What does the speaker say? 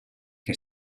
que